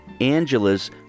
Angela's